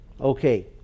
okay